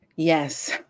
Yes